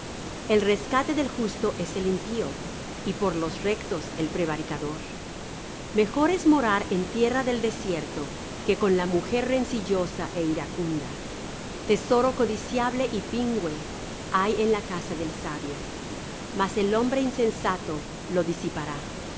el rescate del justo es el impío y por los rectos el prevaricador mejor es morar en tierra del desierto que con la mujer rencillosa é iracunda tesoro codiciable y pingüe hay en la casa del sabio mas el hombre insensato lo disipará el